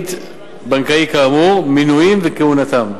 בתאגיד בנקאי כאמור, מינוים וכהונתם,